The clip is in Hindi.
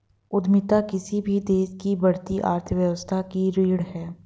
उद्यमिता किसी भी देश की बढ़ती अर्थव्यवस्था की रीढ़ है